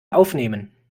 aufnehmen